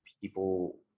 people